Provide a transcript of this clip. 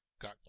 got